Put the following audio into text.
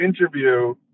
interview